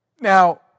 Now